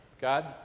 God